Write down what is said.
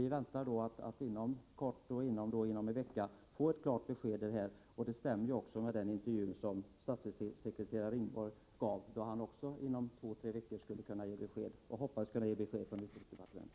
Vi väntar oss alltså att inom kort eller inom en vecka få ett klart besked. Detta stämmer också med den intervju som statssekreterare Ringborg gav, där han sade att han inom två eller tre veckor hoppades kunna ge besked från utbildningsdepartementet.